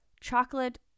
chocolate